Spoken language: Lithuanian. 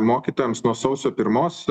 mokytojams nuo sausio pirmos